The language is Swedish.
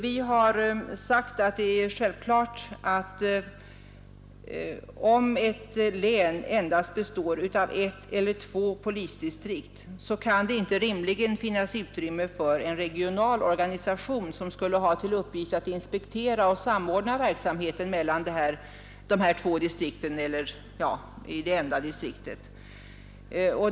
Vi har sagt att om ett län består av endast ett eller två polisdistrikt kan det inte rimligen finnas utrymme för en regional organisation som skulle ha till uppgift att inspektera och samordna verksamheten inom de här två distrikten eller i det enda distriktet.